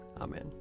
Amen